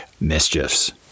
mischiefs